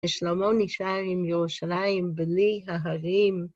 ושלמה נשאר עם ירושלים בלי ההרים.